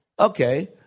Okay